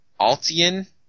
Altian